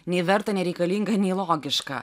nei verta nei reikalinga nei logiška